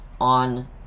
on